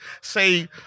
say